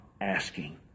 asking